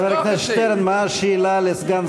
חבר הכנסת שטרן, מה השאלה לסגן שר הדתות?